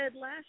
last